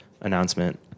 announcement